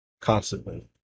constantly